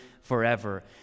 forever